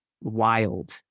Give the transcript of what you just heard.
wild